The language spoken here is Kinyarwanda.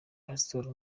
pastole